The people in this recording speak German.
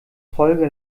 folge